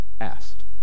asked